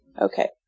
Okay